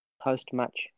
post-match